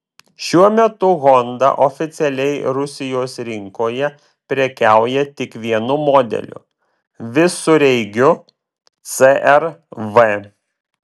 šiuo metu honda oficialiai rusijos rinkoje prekiauja tik vienu modeliu visureigiu cr v